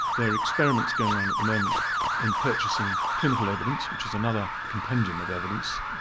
there are experiments going on at the moment in purchasing clinical evidence which is another compendium of evidence.